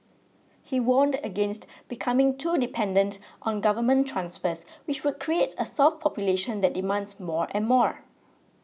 he warned against becoming too dependent on government transfers which would create a soft population that demands more and more